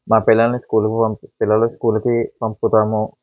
నా పిల్లల్ని స్కూల్కి పిల్లలు స్కూల్కి పంపుతాము